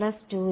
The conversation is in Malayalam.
n2m